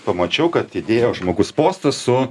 pamačiau kad įdėjo žmogus postą su